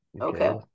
okay